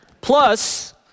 Plus